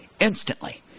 instantly